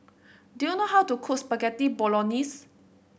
do you know how to cook Spaghetti Bolognese